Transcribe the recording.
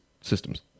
systems